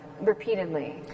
repeatedly